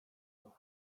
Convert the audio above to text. your